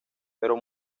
pero